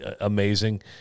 amazing